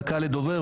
דקה לדבר.